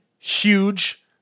huge